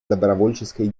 добровольческой